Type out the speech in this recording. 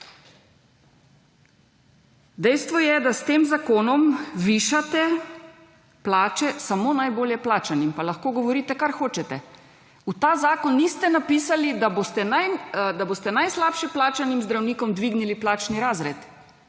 Dejstvo je, da s tem zakonom višate plače samo najbolj plačanim. Pa lahko govorite kar hočete. V ta zakon niste napisali, da boste najslabše plačanim zdravnikom dvignili plačni razred.